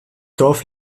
dorf